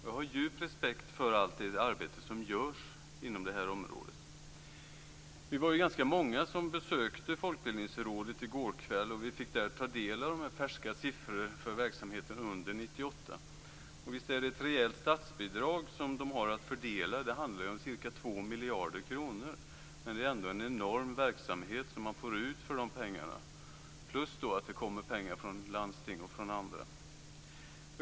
Jag har djup respekt för allt det arbete som görs inom det området. Vi var ganska många som i går kväll besökte Folkbildningsrådet. Vi fick där ta del av färska siffror för verksamheten under 1998. Visst är det ett rejält statsbidrag som de har att fördela. Det handlar om ca 2 miljarder kronor men det är ändå en enorm verksamhet som man får ut för de pengarna. Dessutom kommer det pengar bl.a. från landsting.